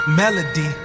melody